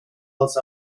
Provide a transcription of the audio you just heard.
als